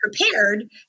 prepared